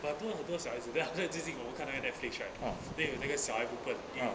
but 都很多小孩子 then after that 至今 ah 我看到那个 netflix right then 有一个小孩不笨英语